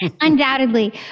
undoubtedly